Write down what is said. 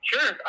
Sure